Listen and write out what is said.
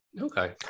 Okay